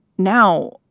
now,